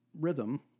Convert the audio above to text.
rhythm